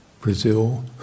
Brazil